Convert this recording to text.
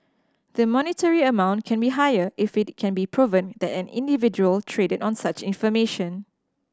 the monetary amount can be higher if it can be proven that an individual traded on such information